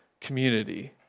community